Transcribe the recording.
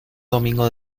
domingo